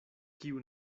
kiu